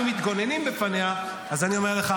אגב, תתפלאו,